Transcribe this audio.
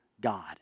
God